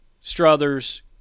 Struthers